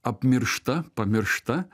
apmiršta pamiršta